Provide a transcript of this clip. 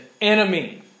enemy